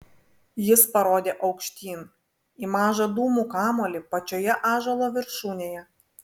jis parodė aukštyn į mažą dūmų kamuolį pačioje ąžuolo viršūnėje